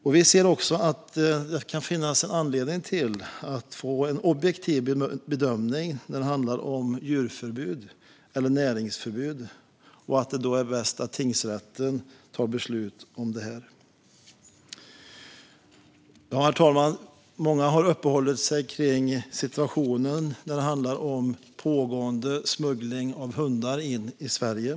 För att det ska bli en objektiv bedömning av djurförbud eller näringsförbud är det bäst att tingsrätten tar beslut om detta. Herr talman! Många har uppehållit sig vid situationen när det handlar om smuggling av hundar till Sverige.